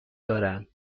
دارند